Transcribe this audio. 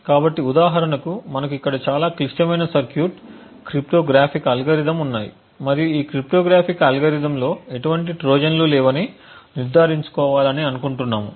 కాబట్టి ఉదాహరణకు మనకు ఇక్కడ చాలా క్లిష్టమైన సర్క్యూట్ క్రిప్టోగ్రాఫిక్ అల్గోరిథం ఉన్నాయి మరియు ఈ క్రిప్టోగ్రాఫిక్ అల్గోరిథంలో ఎటువంటి ట్రోజన్లు లేవని నిర్ధారించుకోవాలి అనుకుంటున్నాము